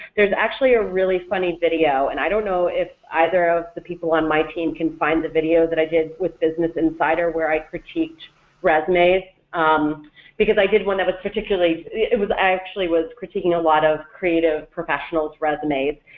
there's actually a really funny video and i don't know if either of the people on my team can find the video that i did with business insider where i critiqued resumes um because i did one that was particularly it was actually was critiquing a lot of creative professionals' resumes